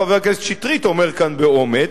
חבר הכנסת שטרית אומר כאן באומץ,